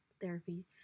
Therapy